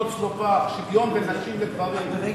שוויון בין נשים לגברים.